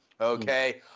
okay